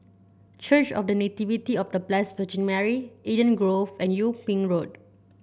Church of The Nativity of The Blessed Virgin Mary Eden Grove and Yung Ping Road